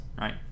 right